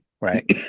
right